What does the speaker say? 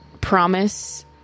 Promise